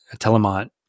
Telemont